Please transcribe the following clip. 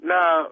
Now